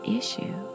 issue